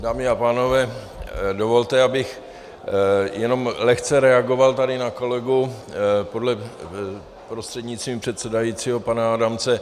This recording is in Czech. Dámy a pánové, dovolte, abych jenom lehce reagoval na kolegu prostřednictvím předsedajícího, pana Adamce.